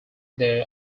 they